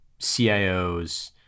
CIOs